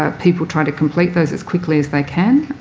ah people try to complete those as quickly as they can.